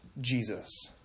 Jesus